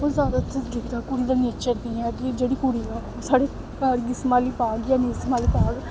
में जैदातर दिक्खेआ कुड़ी दा नेचर कदेहा ऐ कि जेह्ड़ी कुड़ी साढ़े घर गी संभाली पाग जां नेई संभाली पाग